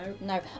No